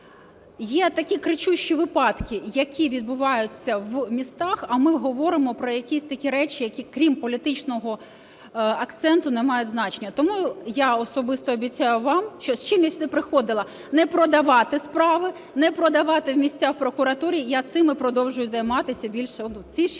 Є такі кричущі випадки, які відбуваються в містах, а ми говоримо про якісь такі речі, які, крім політичного акценту, не мають значення. Тому я особисто обіцяю вам, що з чим сюди приходила – не продавати справи, не продавати місця в прокуратурі, я цим і продовжую займатись ці 6